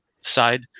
side